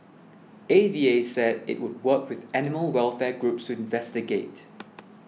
A V A said it would work with animal welfare groups to investigate